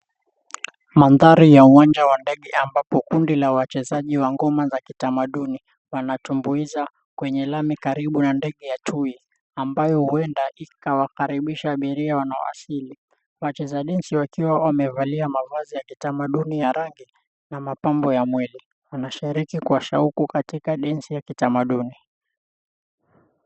Mandhari ya uwanja wa ndege ambapo kundi la wachezaji wa ngoma za kitamaduni wanatumbuiza kwenye lami karibu na ndege ya tui ambayo huenda ikawakaribisha abiria wanaowasili. Wacheza densi wakiwa wamevalia mavazi ya kitamaduni ya rangi ya mapambo ya mwili wanashiriki kwa shauku katika densi ya kitamaduni.